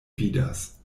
vidas